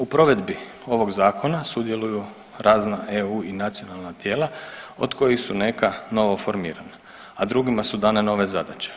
U provedbi ovog zakona sudjeluju razna EU i nacionalna tijela od kojih su neka novoformirana, a drugima su dane nove zadaće.